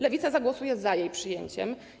Lewica zagłosuje za jej przyjęciem.